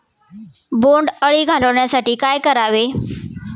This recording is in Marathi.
बोंडअळी घालवण्यासाठी काय करावे?